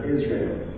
Israel